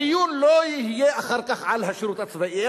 הדיון לא יהיה אחר כך על השירות הצבאי,